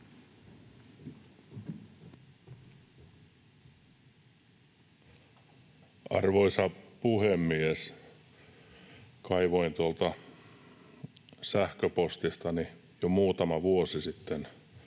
Arvoisa puhemies! Kaivoin tuolta sähköpostistani jo muutama vuosi sitten